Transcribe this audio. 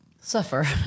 suffer